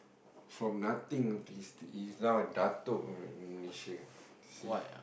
from nothing he's he's now a Datuk know in Malaysia see